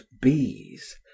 bees